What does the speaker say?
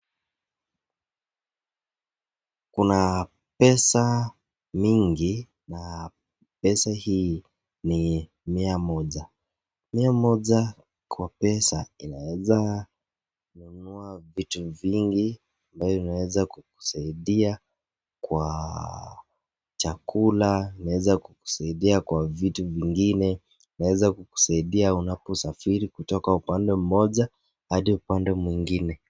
Kuna pesa mingi na pesa hii ni mia moja. Mia moja kwa pesa inaweza kununua vitu vingi ambayo inaweza kukusaidia kwa chakula, inaweza kukusaidia kwa vitu vitu vingine, inaweza kukusaidia unapo safiri kutoka upande mmoja hadi upande mwingine.